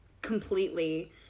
completely